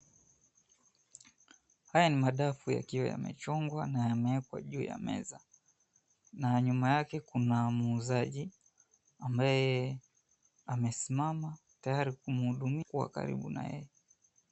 Haya ni madafu yakiwa yamechongwa na yamewekwa juu ya meza na nyuma yake kuna mwuzaji ambaye amesimama tayari kumhudumia kuwa karibu na yeye.